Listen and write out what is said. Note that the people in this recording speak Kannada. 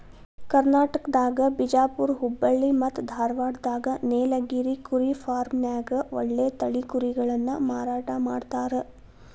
ಕರ್ನಾಟಕದಾಗ ಬಿಜಾಪುರ್ ಹುಬ್ಬಳ್ಳಿ ಮತ್ತ್ ಧಾರಾವಾಡದಾಗ ನೇಲಗಿರಿ ಕುರಿ ಫಾರ್ಮ್ನ್ಯಾಗ ಒಳ್ಳೆ ತಳಿ ಕುರಿಗಳನ್ನ ಮಾರಾಟ ಮಾಡ್ತಾರ